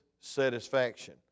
satisfaction